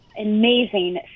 amazing